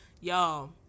y'all